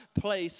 place